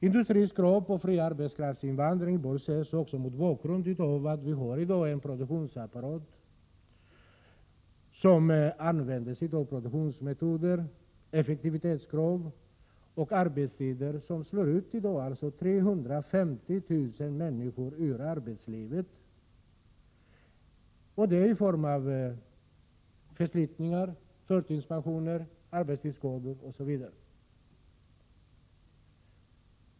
Industrins krav på fri arbetskraftsinvandring bör också ses mot bakgrund av att vi har en produktionsapparat som använder sig av produktionsmetoder, effektivitetskrav och arbetstider som slår ut 350 000 människor ur arbetslivet i dag, i form av förslitningar, förtidspensioneringar, arbetsskador osv.